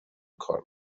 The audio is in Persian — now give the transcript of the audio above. کار